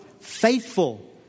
Faithful